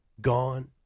gone